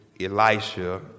Elisha